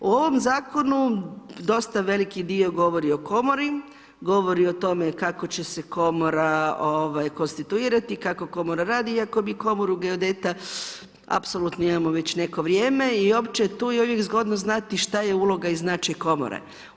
U ovom zakonu dosta veliki dio govori o komori, govori o tome kako će se komora konstituirati, kako komora radi iako bi komoru geodeta apsolutno imamo već neko vrijeme i uopće tu je uvijek zgodno znati šta je uloga i značaj komore.